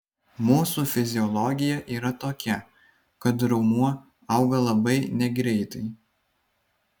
mūsų fiziologija yra tokia kad raumuo auga labai negreitai